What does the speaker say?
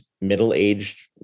middle-aged